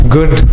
Good